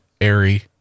airy